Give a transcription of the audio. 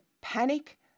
panic